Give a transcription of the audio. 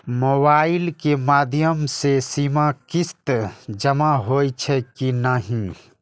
Mobile के माध्यम से सीमा किस्त जमा होई छै कि नहिं?